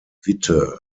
witte